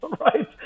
right